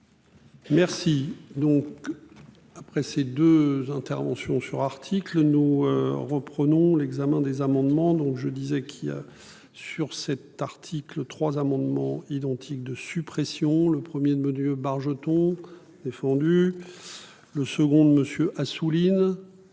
donc. Après ces 2 interventions sur article nous reprenons l'examen des amendements donc je disais qu'il a sur cet article. Trois amendements identiques de suppression. Le premier de modules Bargeton défendu. Le seconde monsieur Assouline.